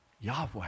Yahweh